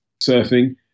surfing